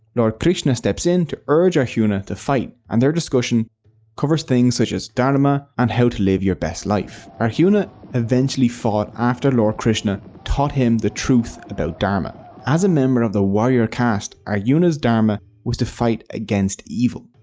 lord krishna steps in to urge arjuna to fight and their discussion covers things such as dharma and how to live your best life. arjuna eventually fought after lord krishna taught him the truth about dharma. as a member of the warrior caste, arjuna's dharma was to fight against evil.